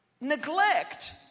Neglect